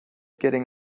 getting